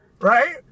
right